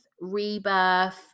rebirth